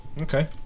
Okay